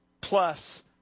plus